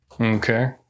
Okay